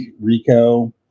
Rico